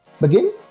begin